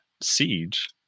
siege